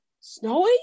Snowy